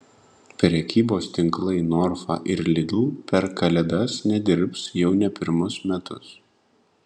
prekybos tinklai norfa ir lidl per kalėdas nedirbs jau ne pirmus metus